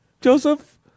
Joseph